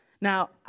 Now